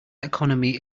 economy